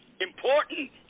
Important